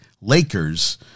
Lakers